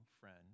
friend